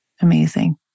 Amazing